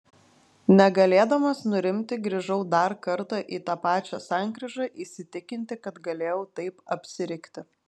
negalėdamas nurimti grįžau dar kartą į tą pačią sankryžą įsitikinti kaip galėjau taip apsirikti